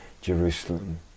Jerusalem